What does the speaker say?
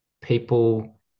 People